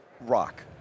rock